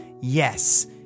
yes